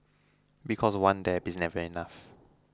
because one dab is never enough